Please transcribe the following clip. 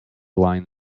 line